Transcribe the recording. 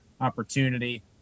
opportunity